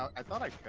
i